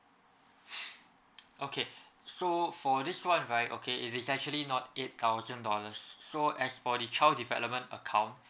okay so for this one right okay it is actually not eight thousand dollars so as for the child development account